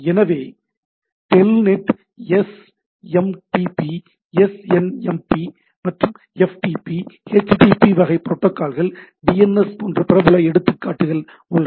எனவே telnet S M T P S N M P F T P H T T P வகை protocol D N S போன்ற பிரபலமான எடுத்துக்காட்டுகள் உள்ளன